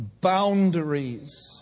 boundaries